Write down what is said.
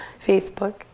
Facebook